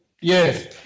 yes